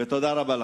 תודה רבה לכם.